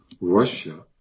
Russia